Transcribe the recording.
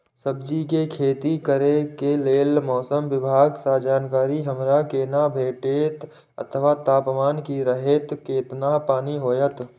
सब्जीके खेती करे के लेल मौसम विभाग सँ जानकारी हमरा केना भेटैत अथवा तापमान की रहैत केतना पानी होयत?